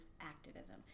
activism